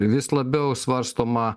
vis labiau svarstoma